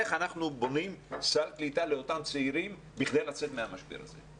איך אנחנו בונים סל קליטה לאותם צעירים בכדי לצאת מן המשבר הזה?